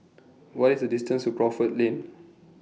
What IS The distance to Crawford Lane